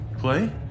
Clay